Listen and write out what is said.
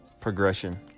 progression